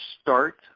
start